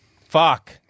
Fuck